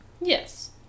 Yes